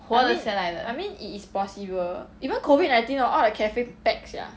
I mean I mean it is possible even COVID nineteen orh all the cafe packed sia